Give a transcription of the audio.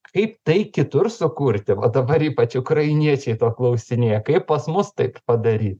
kaip tai kitur sukurti va dabar ypač ukrainiečiai to klausinėja kaip pas mus taip padaryt